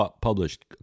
published